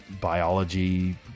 biology